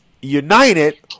united